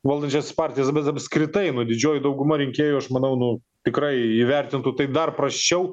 valdančiąsias partijas bet apskritai nu didžioji dauguma rinkėjų aš manau nu tikrai įvertintų tai dar prasčiau